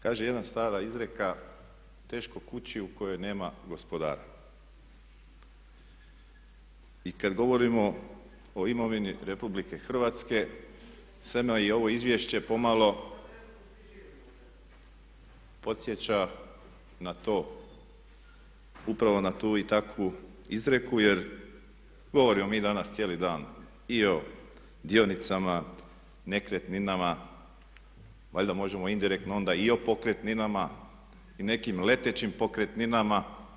Kaže jedna stara izreka: „Teško kući u kojoj nema gospodara.“ I kad govorimo o imovini Republike Hrvatske … [[Ne razumije se.]] ovo izvješće pomalo podsjeća na to, upravo na tu i takvu izreku jer govorimo mi danas cijeli dan i o dionicama, nekretninama valjda možemo indirektno onda i o pokretninama i nekim letećim pokretninama.